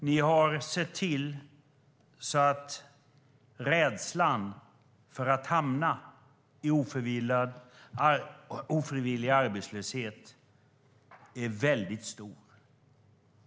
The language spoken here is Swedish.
Ni har sett till att rädslan för att hamna i ofrivillig arbetslöshet är mycket stor.